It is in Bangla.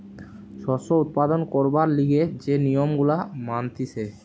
শস্য উৎপাদন করবার লিগে যে নিয়ম গুলা মানতিছে